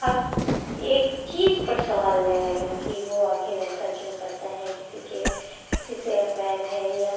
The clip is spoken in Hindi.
हर एक चीज़ पर सवाल जाएगा कि वह आख़िर ऐसा क्यों करता है किसी के किसी से अफे़यर है या